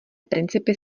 principy